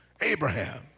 Abraham